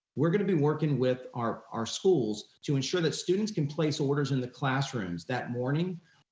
we're gonna be working with our our schools to ensure that students can place orders in the classrooms that morning,